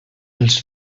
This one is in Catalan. els